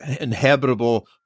inhabitable